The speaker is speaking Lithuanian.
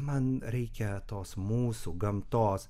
man reikia tos mūsų gamtos